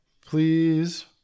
please